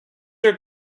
were